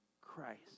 Christ